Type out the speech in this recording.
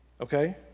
okay